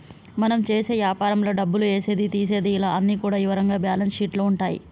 మనం చేసే యాపారంలో డబ్బులు ఏసేది తీసేది ఇలా అన్ని కూడా ఇవరంగా బ్యేలన్స్ షీట్ లో ఉంటాయి